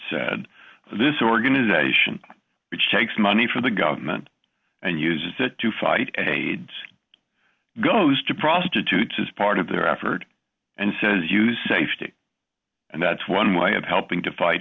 said this organization which takes money from the government and uses it to fight aids goes to prostitutes as part of their effort and says use safety and that's one way of helping to fight